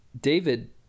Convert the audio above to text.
David